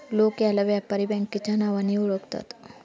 लोक याला व्यापारी बँकेच्या नावानेही ओळखतात